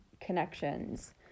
connections